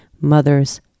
mothers